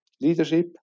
Leadership